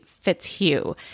Fitzhugh